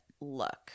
look